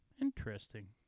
Interesting